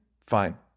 fine